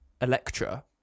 Electra